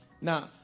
Now